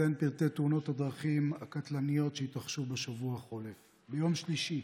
אציין את פרטי תאונות הדרכים הקטלניות שהתרחשו בשבוע החולף: ביום שלישי,